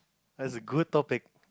that's a good topic